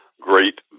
great